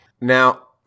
Now